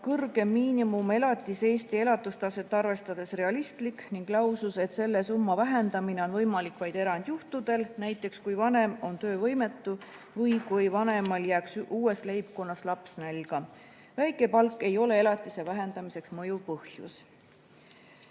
kõrgem miinimumelatis Eesti elatustaset arvestades realistlik ja ta lausus ka, et selle summa vähendamine on võimalik vaid erandjuhtudel, näiteks kui vanem on töövõimetu või kui vanemal jääks uues leibkonnas laps nälga. Väike palk ei ole elatise vähendamiseks mõjuv põhjus.